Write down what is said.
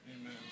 Amen